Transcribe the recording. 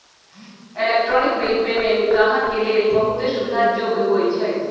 electronic bill payment गाहक के लेल बहुते सुविधा जोग्य होइ छइ